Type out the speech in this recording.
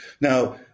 Now